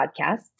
podcasts